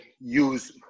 use